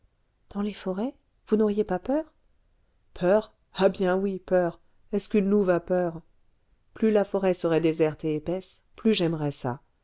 dans les forêts vous n'auriez pas peur peur ah bien oui peur est-ce qu'une louve a peur plus la forêt serait déserte et épaisse plus j'aimerais ça